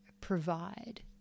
provide